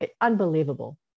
unbelievable